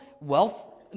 wealth